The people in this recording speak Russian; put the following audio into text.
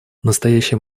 настоящий